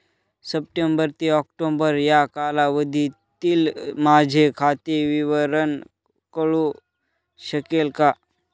September ते October या कालावधीतील माझे खाते विवरण कळू शकेल का?